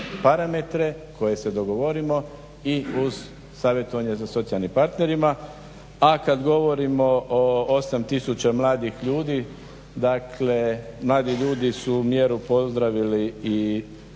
parametre koje se dogovorimo i uz savjetovanje sa socijalnim partnerima. A kad govorimo o 8 tisuća mladih ljudi mladi ljudi su mjeru pozdravili i